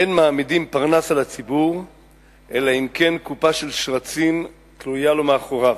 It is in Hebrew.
אין מעמידים פרנס על הציבור אלא אם כן קופה של שרצים תלויה לו מאחוריו,